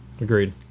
Agreed